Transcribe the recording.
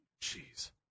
Jeez